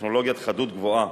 בטכנולוגיית חדות גבוהה,